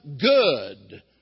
good